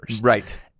Right